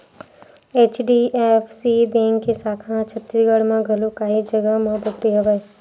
HDFC bank के साखा ह छत्तीसगढ़ म घलोक काहेच जघा म बगरे हवय